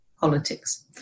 politics